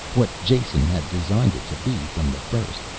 what jason had designed it to be from the first,